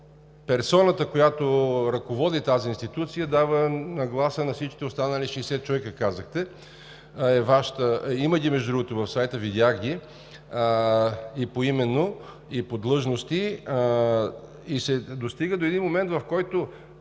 персоната, която ръководи тази институция, дава нагласа на всички останали 60 човека, казахте. Има ги между другото в сайта, видях ги и поименно, и по длъжности. Достига се до един момент, в който